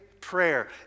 prayer